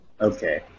Okay